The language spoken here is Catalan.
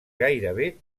gairebé